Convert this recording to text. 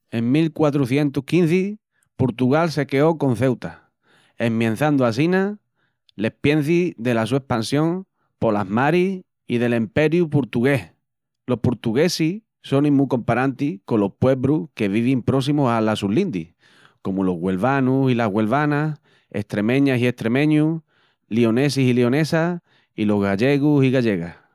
En 1415, Purtugal se queó con Ceuta, esmiençandu assina l'espiençi dela su espansión polas maris i del Emperiu Purtugués. Los Purtuguesis sonin mu comparantis colos puebrus que vivin próssimus alas sus lindis, comu los Güelvanus i Güelvanas, Estremeñas i Estremeñus, Lionesis i Lionesas i los Gallegus i Gallegas.